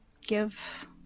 give